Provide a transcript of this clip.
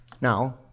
Now